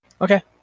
Okay